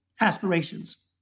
aspirations